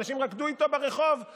את הזהות היהודית של